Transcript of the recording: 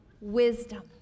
wisdom